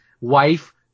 wife